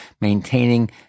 maintaining